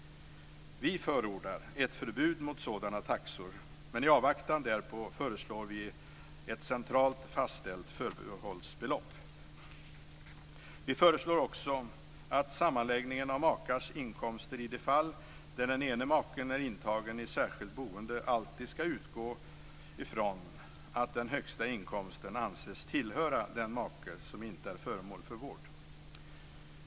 Vi förordar ett förbud mot sådana taxor, men i avvaktan därpå föreslår vi ett centralt fastställt förbehållsbelopp. Vi föreslår också att sammanläggningen av makars inkomster i de fall där den ena maken är intagen i särskilt boende alltid skall utgå ifrån att den högsta inkomsten anses "tillhöra" den make som inte är föremål för vård.